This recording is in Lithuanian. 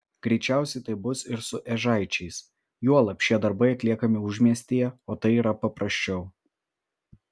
greičiausiai taip bus ir su ežaičiais juolab šie darbai atliekami užmiestyje o tai yra paprasčiau